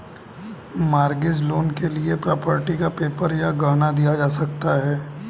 mortgage loan के लिए property का पेपर या गहना दिया जा सकता है